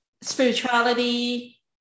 spirituality